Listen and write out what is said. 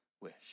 wish